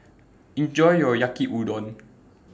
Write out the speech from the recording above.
Enjoy your Yaki Udon